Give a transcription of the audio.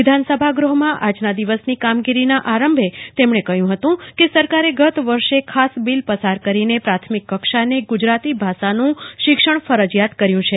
વિધાનસભા ગૃહમાં આજના દિવસની કામગીરીના આરંભે તેમણે કહ્યું હતું કે સરકારે ગત વર્ષે ખાસ બિલ પસાર કરીને પ્રાથમિક કક્ષાને ગુજરાતી ભાષાનું શિક્ષણ ફરજિયાત કર્યું છે